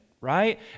right